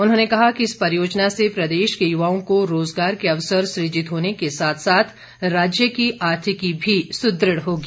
उन्होंने कहा कि इस परियोजना से प्रदेश के युवाओं को रोजगार के अवसर सृजित होने के साथ साथ राज्य की आर्थिकी भी सुदृढ़ होगी